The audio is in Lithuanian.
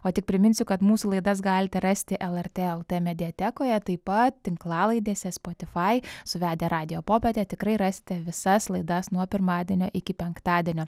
o tik priminsiu kad mūsų laidas galite rasti el er tė el t mediatekoje taip pat tinklalaidėse spotifai suvedę radijo popietę tikrai rasite visas laidas nuo pirmadienio iki penktadienio